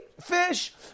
Fish